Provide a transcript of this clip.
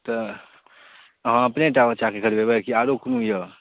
तऽ अहाँ अपने टा बच्चाके करबेबै की आरो कोनो यऽ